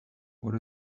what